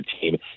team